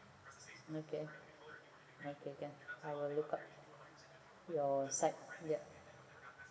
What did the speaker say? okay okay can I will look out your site yup